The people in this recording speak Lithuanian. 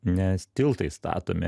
nes tiltai statomi